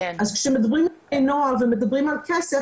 כאשר מדברים עם בני נוער ומדברים על כסף,